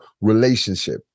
relationship